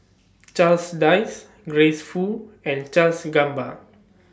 Charles Dyce Grace Fu and Charles Gamba